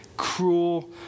Cruel